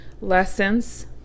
lessons